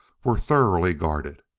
were thoroughly guarded.